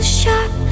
sharp